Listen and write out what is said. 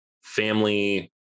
family